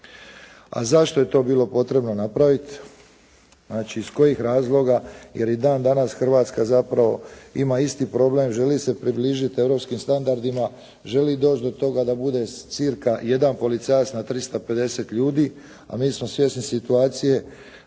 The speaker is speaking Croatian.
A zašto je to bilo potrebno napraviti, znači iz kojih razloga, jer i dan danas Hrvatska zapravo ima isti problem. Želi se približiti europskim standardima, želi doći do toga da bude cirka jedan policajac na 350 ljudi, a mi smo svjesni situacije